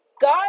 God